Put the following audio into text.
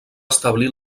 establir